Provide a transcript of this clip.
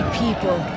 people